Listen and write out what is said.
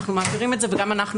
וגם אנחנו,